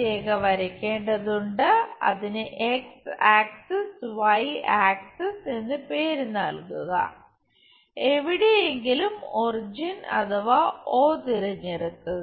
രേഖ വരക്കേണ്ടതുണ്ട് അതിന് X axis Y axis എന്ന് പേര് നൽകുക എവിടെയെങ്കിലും ഒറിജിൻ അഥവാ ഓ തിരഞ്ഞെടുക്കുക